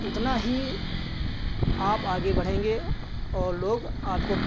उतना ही आप आगे बढ़ेंगे और लोग आपको